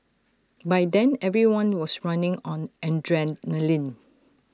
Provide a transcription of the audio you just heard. by then everyone was running on adrenaline